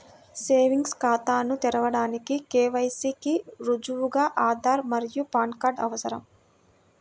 savings ఖాతాను తెరవడానికి KYC కి రుజువుగా ఆధార్ మరియు పాన్ కార్డ్ అవసరం